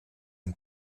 and